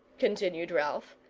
continued ralph,